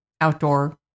outdoor